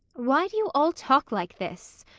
why do you all talk like this?